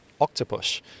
octopus